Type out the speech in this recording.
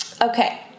Okay